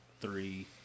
three